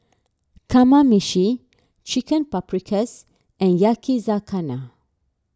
Kamameshi Chicken Paprikas and Yakizakana